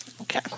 okay